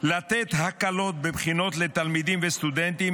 לתת הקלות בבחינות לתלמידים וסטודנטים